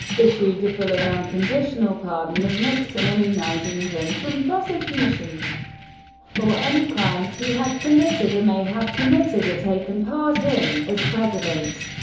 issued a full and unconditional unconditional pardon of nixon, immunizing him from prosecution for any crimes he had committed or may have committed or taken part in as president.